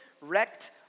wrecked